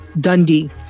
Dundee